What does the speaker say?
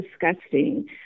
disgusting